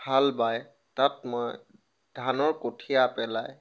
হাল বাই তাত মই ধানৰ কঠীয়া পেলাই